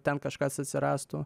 ten kažkas atsirastų